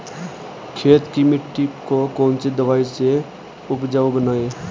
खेत की मिटी को कौन सी दवाई से उपजाऊ बनायें?